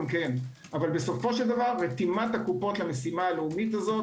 אבל בסופו של דבר רתימת הקופות למשימה הלאומית הזאת